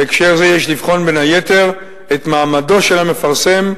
בהקשר זה יש לבחון בין היתר את מעמדו של המפרסם,